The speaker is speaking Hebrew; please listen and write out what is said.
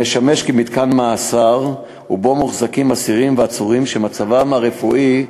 הוא משמש מתקן מאסר ומוחזקים בו אסירים ועצורים שמצבם הרפואי,